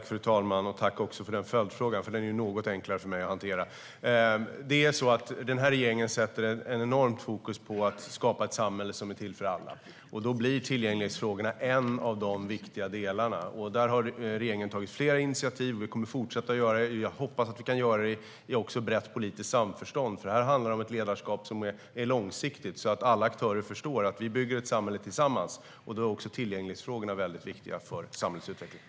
Fru talman! Tack för följdfrågan, Bengt Eliasson! Den är något enklare för mig att hantera. Den här regeringen sätter ett enormt fokus på att skapa ett samhälle som är till för alla. Tillgänglighetsfrågorna är en av de viktiga delarna. Där har regeringen tagit flera initiativ, och vi kommer att fortsätta göra det. Jag hoppas att vi kan göra det i brett politiskt samförstånd. Det här handlar om ett ledarskap som är långsiktigt, så att alla aktörer förstår att vi bygger ett samhälle tillsammans. Då är också tillgänglighetsfrågorna väldigt viktiga för samhällsutvecklingen.